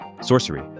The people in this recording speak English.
Sorcery